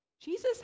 Jesus